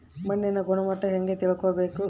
ಮಣ್ಣಿನ ಗುಣಮಟ್ಟ ಹೆಂಗೆ ತಿಳ್ಕೊಬೇಕು?